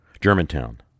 Germantown